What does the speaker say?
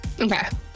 Okay